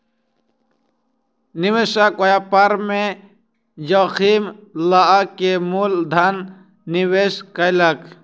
निवेशक व्यापार में जोखिम लअ के मूल धन निवेश कयलक